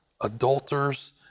adulterers